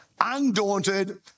undaunted